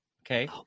okay